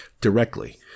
directly